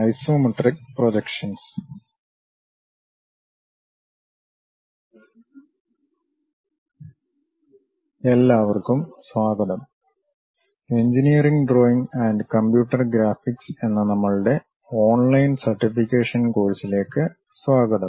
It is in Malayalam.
ഐസോമെട്രിക് പ്രൊജക്ഷൻസ് എല്ലാവർക്കും സ്വാഗതം engineering drawing and computer graphics എന്ന നമ്മളുടെ ഓൺലൈൻ സർട്ടിഫിക്കേഷൻ കോഴ്സിലേക്ക് സ്വാഗതം